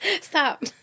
Stop